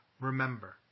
Remember